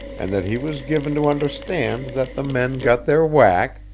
and that he was given to understand that the men got their whack,